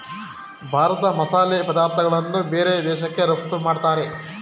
ಭಾರತ ಮಸಾಲೆ ಪದಾರ್ಥಗಳನ್ನು ಬೇರೆ ದೇಶಕ್ಕೆ ರಫ್ತು ಮಾಡತ್ತರೆ